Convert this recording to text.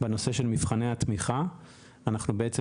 בנושא של מבחני התמיכה אנחנו בעצם